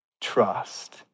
trust